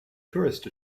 tourist